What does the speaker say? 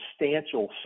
substantial